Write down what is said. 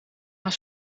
gaan